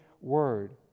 word